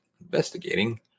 investigating